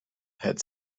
had